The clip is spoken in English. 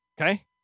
okay